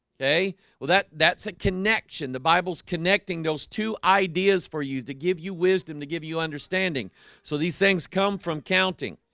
okay well that that's a connection the bible's connecting those two ideas for you to give you wisdom to give you understanding so these things come from counting?